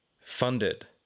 funded